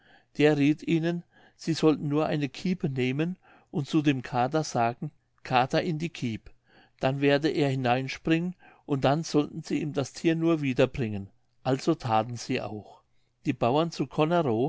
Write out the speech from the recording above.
der rieth ihnen sie sollten nur eine kiepe nehmen und zu dem kater sagen kater in die kiep dann werde er hineinspringen und dann sollten sie ihm das thier nur wiederbringen also thaten sie auch die bauern zu connerow